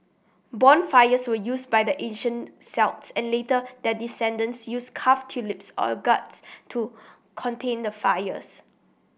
bonfires were used by the ancient Celts and later their descendents used carved turnips or gourds to contain the fires